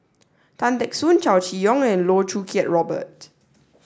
Tan Teck Soon Chow Chee Yong and Loh Choo Kiat Robert